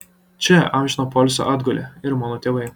čia amžino poilsio atgulę ir mano tėvai